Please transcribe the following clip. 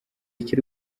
iki